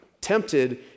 tempted